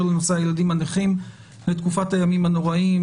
לנושא הילדים הנכים לתקופת הימים הנוראים,